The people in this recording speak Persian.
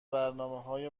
برنامههای